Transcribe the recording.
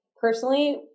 personally